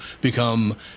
become